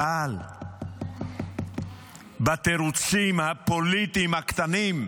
אבל בתירוצים הפוליטיים הקטנים,